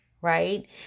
right